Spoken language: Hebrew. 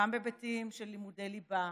גם בהיבטים של לימודי ליבה,